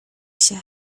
się